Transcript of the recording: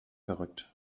verrückt